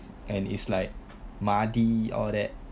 and it's like muddy all that